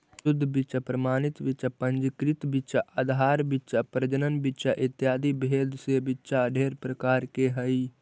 शुद्ध बीच्चा प्रमाणित बीच्चा पंजीकृत बीच्चा आधार बीच्चा प्रजनन बीच्चा इत्यादि भेद से बीच्चा ढेर प्रकार के हई